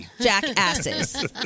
jackasses